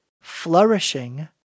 flourishing